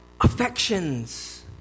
affections